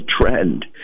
trend